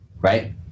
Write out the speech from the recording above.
Right